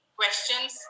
questions